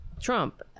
Trump